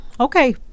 Okay